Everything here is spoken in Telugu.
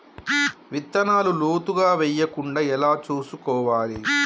విత్తనాలు లోతుగా వెయ్యకుండా ఎలా చూసుకోవాలి?